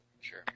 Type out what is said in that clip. Sure